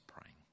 praying